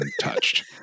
touched